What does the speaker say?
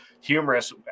humorous